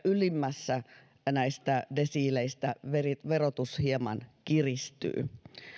ylimmässä näistä desiileistä verotus hieman kiristyy